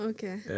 Okay